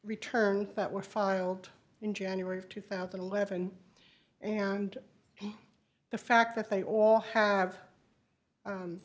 returns that were filed in january of two thousand and eleven and the fact that they all have